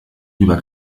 über